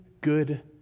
good